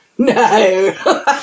no